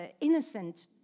innocent